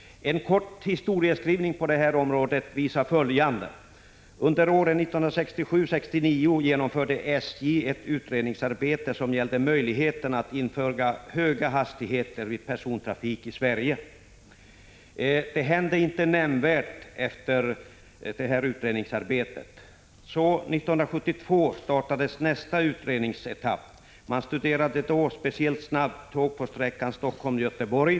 En kort historiebeskrivning på området visar följande. Under åren 1967-1969 genomförde SJ ett utredningsarbete som gällde möjligheterna att införa höga hastigheter vid persontrafik i Sverige. Det hände inget nämnvärt efter detta utredningsarbete. 1972 startades nästa utredningsetapp. Man studerade då speciellt förslaget om snabbtåg på sträckan Helsingfors Göteborg.